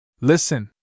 Listen